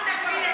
רק, בכסף.